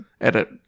Edit